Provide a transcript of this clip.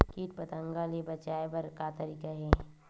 कीट पंतगा ले बचाय बर का तरीका हे?